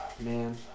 Man